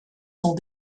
sont